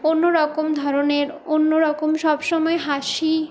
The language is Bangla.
অন্যরকম ধরনের অন্যরকম সবসময় হাসি